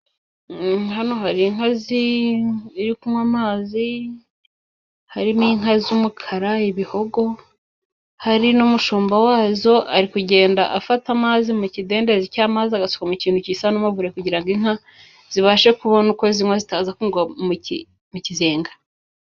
Hano hari inka ziri kunywa amazi harimo inka z'umukara ibihogo, hari n'umushumba wazo ari kugenda afata amazi mu kidendezi cy'amazi, agasuka mu kintu gisa n'umuvure kugira ngo inka zibashe kubona uko zinywa, zitaza kugwa mu kizenga.